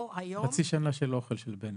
חצי שנה של אוכל של בנט.